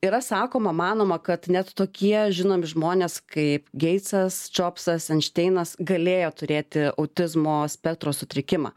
yra sakoma manoma kad net tokie žinomi žmonės kaip geitsas džobsas einšteinas galėjo turėti autizmo spektro sutrikimą